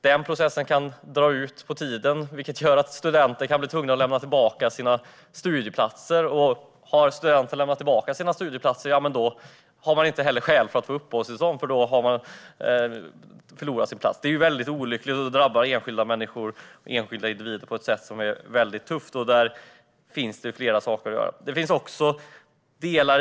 Den processen kan dra ut på tiden, vilket kan leda till att studenter kan bli tvungna att lämna sina studieplatser. Om man har lämnat sin studieplats har man inte längre skäl för att få uppehållstillstånd eftersom man har förlorat sin plats. Det är olyckligt. Och det drabbar enskilda individer på ett tufft sätt. Det finns flera saker att göra när det gäller detta.